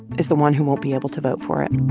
is the one who won't be able to vote for it